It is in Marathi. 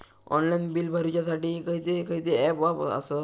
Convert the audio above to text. ऑनलाइन बिल भरुच्यासाठी खयचे खयचे ऍप आसत?